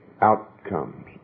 outcomes